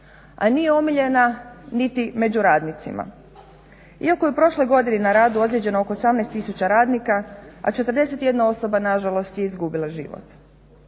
a nije omiljena niti među radnicima. Iako je u prošloj godini na radu ozlijeđeno oko 18 tisuća radnika, a 41 osoba nažalost je izgubila život